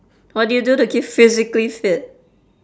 what do you do to keep physically fit